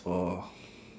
or